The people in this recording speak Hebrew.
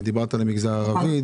ודיברת על המגזר הערבי,